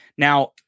Now